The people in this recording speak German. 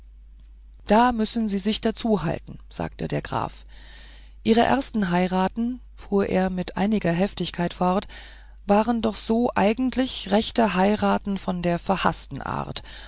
da müssen sie sich dazuhalten sagte der graf ihre ersten heiraten fuhr er mit einiger heftigkeit fort waren doch so eigentlich rechte heiraten von der verhaßten art